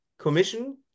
Commission